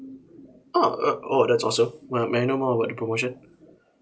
ah oh oh that's awesome may may I know more about the promotion